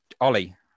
Ollie